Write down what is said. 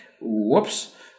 whoops